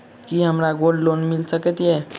की हमरा gold loan मिल सकैत ये?